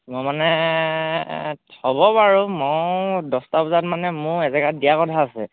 মই মানে হ'ব বাৰু মই দছটা বজাত মানে মোৰ এজেগাত দিয়া কথা আছে